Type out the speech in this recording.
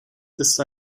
ist